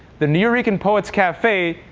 the nuyorican poets cafe,